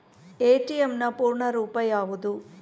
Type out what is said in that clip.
ATM ನ ಪೂರ್ಣ ರೂಪ ಯಾವುದು?